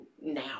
now